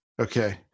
okay